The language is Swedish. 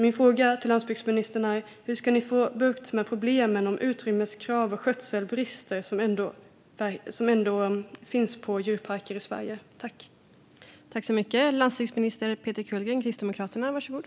Min fråga till landsbygdsministern är: Hur ska ni få bukt med problemen när det gäller utrymmeskrav och skötselbrister som finns på djurparker i Sverige?